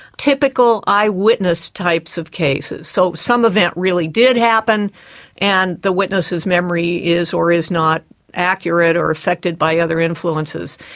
typical eyewitness types of cases, so some event really did happen and the witnesses' memory is or is not accurate or affected by other influences.